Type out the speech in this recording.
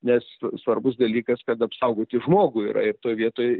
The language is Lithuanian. nes svarbus dalykas kad apsaugoti žmogų yra ir toj vietoj